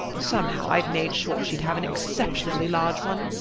somehow, i'd made sure she'd have an exceptionally large one.